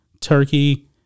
Turkey